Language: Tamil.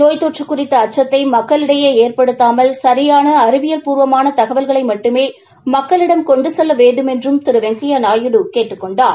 நோய் தொற்று குறித்த அச்சததை மக்களிடையே ஏற்படுத்தாமல் சரியான அறிவியல் பூர்வமான தகவல்களை மட்டுமே மக்களிடம் கொண்டு செல்ல வேண்டுமென்றும் திரு வெங்கையா நாயுடு கேட்டுக் கொண்டார்